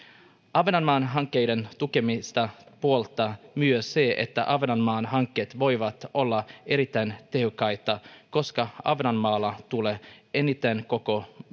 ahvenanmaan hankkeiden tukemista puoltaa myös se että ahvenanmaan hankkeet voivat olla erittäin tehokkaita koska ahvenanmaalla tuulee eniten koko